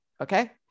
okay